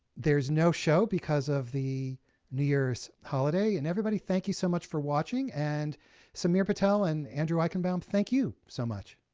there's no show because of the new year's holiday, and everybody, thank you so much for watching. and sameer patel and andrew eichenbaum, thank you so much.